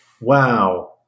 Wow